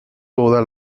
toda